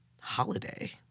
holiday